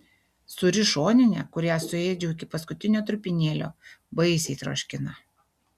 sūri šoninė kurią suėdžiau iki paskutinio trupinėlio baisiai troškina